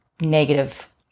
negative